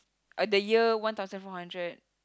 at the year one thousand four hundred